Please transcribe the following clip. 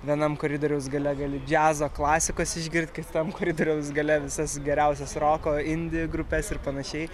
vienam koridoriaus gale gali džiazo klasikos išgirsti kitam koridoriaus gale visas geriausias roko indi grupes ir panašiai